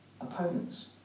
opponents